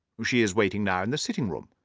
she is waiting now in the sitting-room.